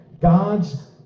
God's